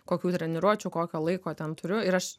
kokių treniruočių kokio laiko ten turiu ir aš